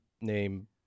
name